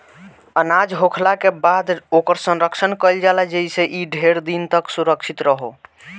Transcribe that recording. अनाज होखला के बाद ओकर संरक्षण कईल जाला जेइसे इ ढेर दिन तक सुरक्षित रहो